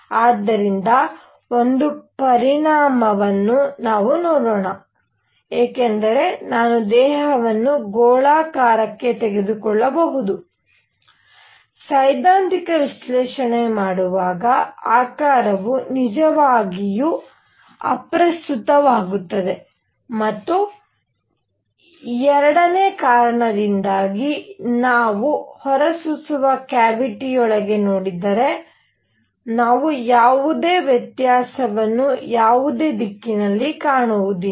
ಆದ್ದರಿಂದ ಒಂದು ಪರಿಣಾಮವನ್ನು ನಾವು ನೋಡೋಣ ಏಕೆಂದರೆ ನಾನು ದೇಹವನ್ನು ಗೋಳಾಕಾರಕ್ಕೆ ತೆಗೆದುಕೊಳ್ಳಬಹುದು ಸೈದ್ಧಾಂತಿಕ ವಿಶ್ಲೇಷಣೆ ಮಾಡುವಾಗ ಆಕಾರವು ನಿಜವಾಗಿಯೂ ಅಪ್ರಸ್ತುತವಾಗುತ್ತದೆ ಮತ್ತು 2ರ ಕಾರಣದಿಂದಾಗಿ ನಾವು ಹೊರಸೂಸುವ ಕ್ಯಾವಿಟಿಯೊಳಗೆ ನೋಡಿದರೆ ನಾವು ಯಾವುದೇ ವ್ಯತ್ಯಾಸವನ್ನು ಯಾವುದೇ ದಿಕ್ಕಿನಲ್ಲಿ ಕಾಣುವುದಿಲ್ಲ